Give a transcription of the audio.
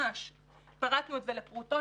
פרטנו את זה לפרוטות.